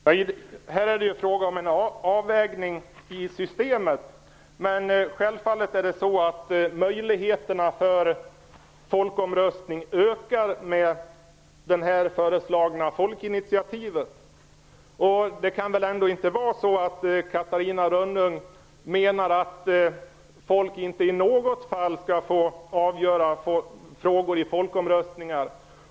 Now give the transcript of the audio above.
Herr talman! Här är det frågan om en avvägning i systemet. Möjligheterna till en folkomröstning ökar självfallet med det föreslagna folkinitiativet. Catarina Rönnung menar väl inte att folk inte i något fall skall få avgöra frågor i folkomröstningar.